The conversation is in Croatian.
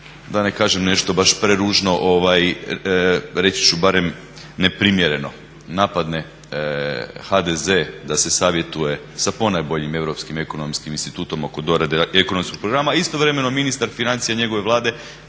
da ne kažem nešto baš preružno reći ću barem ne primjereno napadne HDZ da se savjetuje sa ponajboljim europskim ekonomskim institutom oko dorade ekonomskog programa, istovremeno ministar financija njegove Vlade